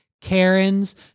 Karen's